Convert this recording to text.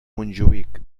montjuïc